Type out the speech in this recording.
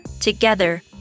Together